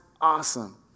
awesome